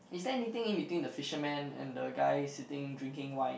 is there anything in between the fisherman and the guy sitting drinking wine